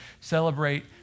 celebrate